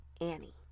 Annie